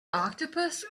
octopus